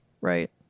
right